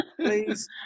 please